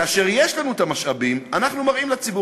כאשר יש לנו המשאבים, אנחנו מראים לציבור.